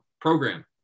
program